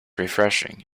refreshing